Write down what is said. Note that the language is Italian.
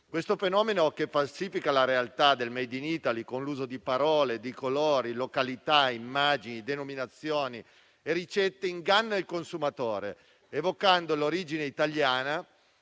Questo fenomeno che falsifica la realtà del *made in Italy* con l'uso di parole, colori, località, immagini, denominazioni e ricette inganna il consumatore, evocando l'origine italiana